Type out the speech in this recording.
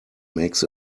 makes